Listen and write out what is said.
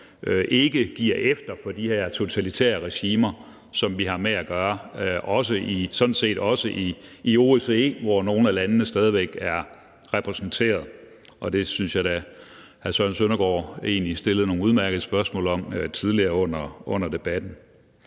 ikke giver efter for de her totalitære regimer, som vi har med at gøre, sådan set også i OSCE, hvor nogle af landene stadig væk er repræsenteret. Det synes jeg da at hr. Søren Søndergaard egentlig stillede nogle udmærkede spørgsmål om tidligere i debatten.